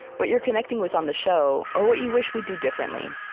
what you're connecting with on the show, or what you wish we'd do differently.